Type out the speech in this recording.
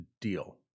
deal